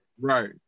Right